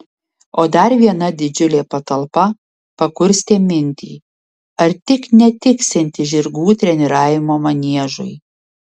o dar viena didžiulė patalpa pakurstė mintį ar tik netiksianti žirgų treniravimo maniežui